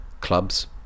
clubs